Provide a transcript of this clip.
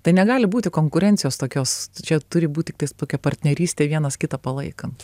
tai negali būti konkurencijos tokios čia turi būti tiktais tokia partnerystė vienas kitą palaikant